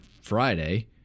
Friday